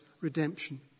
redemption